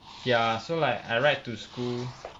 ya so like I ride to school